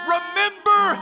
Remember